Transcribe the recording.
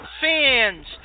fans